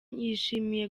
yishimiye